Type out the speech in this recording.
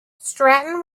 stratton